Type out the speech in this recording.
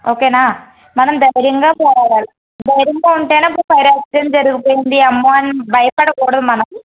ఓకేనా మనం ధైర్యంగా చెయ్యాలి ధైర్యంగా ఉంటేనే అప్పుడు ఫైర్ ఆక్సిడెంట్ జరుగుతోంది అమ్మోని భయపడకూడదు మనం